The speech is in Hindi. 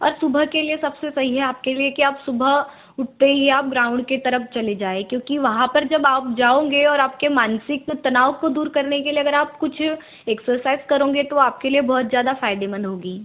और सुबह के लिए सबसे सही है आपके लिए कि आप सुबह उठते ही आप ग्राउन्ड के तरफ चले जाए क्योंकि वहाँ पर जब आप जाओंगे और आपके मानसिक तनाव को दूर करने के लिए अगर आप कुछ एक्सरसाइज़ करोगे तो आपके लिए बहुत ज़्यादा फ़ायदेमंद होगी